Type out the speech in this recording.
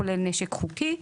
כולל נשק חוקי.